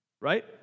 right